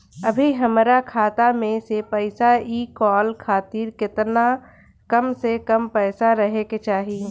अभीहमरा खाता मे से पैसा इ कॉल खातिर केतना कम से कम पैसा रहे के चाही?